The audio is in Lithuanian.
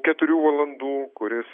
keturių valandų kuris